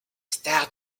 stars